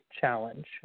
challenge